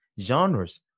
genres